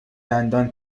دندان